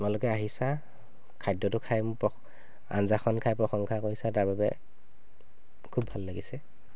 তোমালোকে আহিছা খাদ্যটো খাই মোৰ আঞ্জাখন খাই প্ৰশংসা কৰিছা তাৰ বাবে খুব ভাল লাগিছে